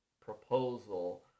proposal